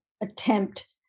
attempt